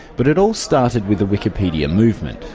but it all started with the wikipedia movement.